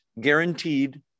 guaranteed